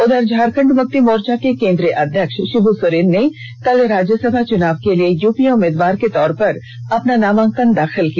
उधर झारखंड मुक्ति मोर्चा के केंद्रीय अध्यक्ष षिबू सोरेन ने कल राज्यसभा चुनाव के लिए यूपीए उम्मीदवार के तौर पर अपना नामांकन पत्र दाखिल किया